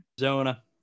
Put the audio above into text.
Arizona